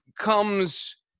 comes